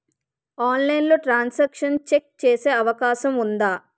ఆన్లైన్లో transaction check చేసే అవకాశం ఉందా?